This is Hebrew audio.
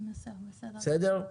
בסדר גמור.